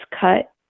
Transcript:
cut